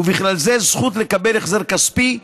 ובכלל זה זכות לקבל החזר כספי.